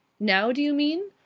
now, do you mean?